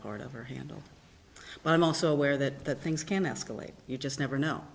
part of or handle but i'm also aware that things can escalate you just never know